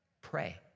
pray